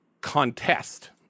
contest